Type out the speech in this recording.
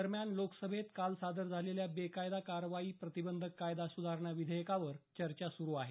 दरम्यान लोकसभेत काल सादर झालेल्या बेकायदा कारवाया प्रतिबंधक कायदा सुधारणा विधेयकावर चर्चा सुरू आहे